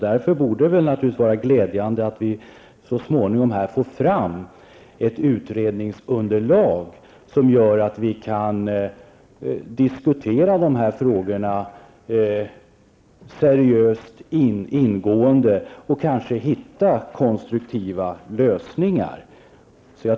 Det borde naturligtvis vara glädjande att vi så småningom får fram ett utredningsunderlag som gör att vi ingående och seriöst kan diskutera dessa frågor och kanske finna konstruktiva lösningar.